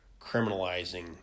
Criminalizing